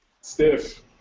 Stiff